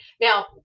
now